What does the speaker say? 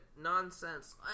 nonsense